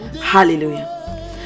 hallelujah